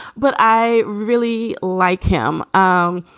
but i really like him. um